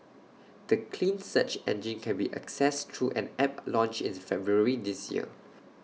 the clean search engine can be accessed through an app launched in February this year